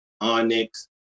Onyx